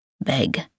Beg